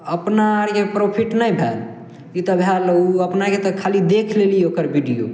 अपना आरके प्रॉफिट नहि भेल ई तऽ भए गेल उ अपनाके तऽ खाली देख लेली ओकर वीडियो